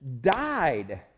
died